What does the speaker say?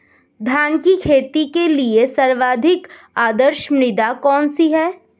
धान की खेती के लिए सर्वाधिक आदर्श मृदा कौन सी है?